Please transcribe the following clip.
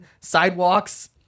sidewalks